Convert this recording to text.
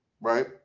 right